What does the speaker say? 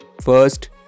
First